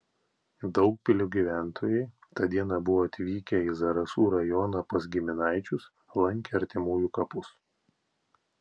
daugpilio gyventojai tą dieną buvo atvykę į zarasų rajoną pas giminaičius lankė artimųjų kapus